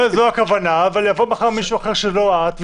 לא זאת הכוונה אבל מחר יבוא מישהו אחר שהוא לא את,